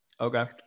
Okay